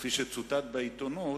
כפי שצוטט בעיתונות,